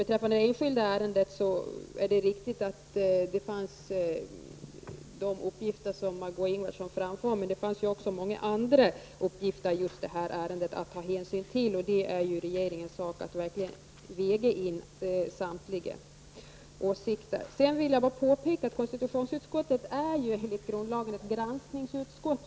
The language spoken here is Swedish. Beträffande det enskilda ärendet är det riktigt att de uppgifter som Margö Ingvardsson framförde fanns, men det fanns också många andra uppgifter i detta ärende att ta hänsyn till. Det är regeringens sak att verkligen väga in samtliga åsikter. Sedan vill jag bara påpeka att konstitutionsutskottet enligt grundlagen är ett granskningsutskott.